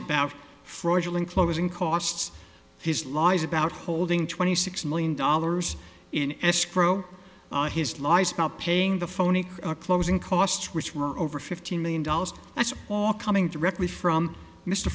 about fraudulent closing costs his lies about holding twenty six million dollars in escrow his lawyer paying the phony closing costs which were over fifteen million dollars that's coming directly from mr